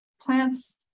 plants